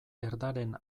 erdaren